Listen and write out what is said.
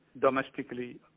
domestically